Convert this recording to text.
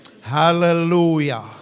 Hallelujah